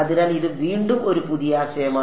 അതിനാൽ ഇത് വീണ്ടും ഒരു പുതിയ ആശയമാണ്